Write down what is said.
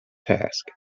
task